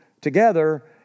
together